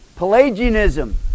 pelagianism